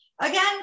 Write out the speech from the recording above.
again